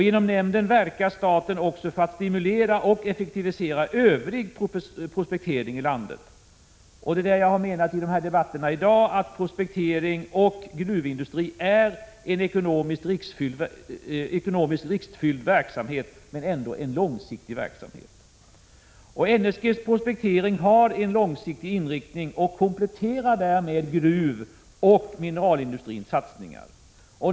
Genom nämnden verkar staten också för att stimulera och effektivisera övrig prospektering i landet. I debatterna här i dag har jag framhållit att prospektering och gruvindustri är en ekonomiskt riskfylld men ändå långsiktig verksamhet. NSG:s prospektering har en långsiktig inriktning och kompletterar därmed gruvoch mineralindustrins satsningar.